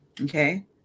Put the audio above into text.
Okay